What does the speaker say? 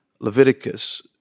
Leviticus